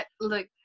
Look